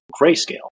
Grayscale